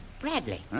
Bradley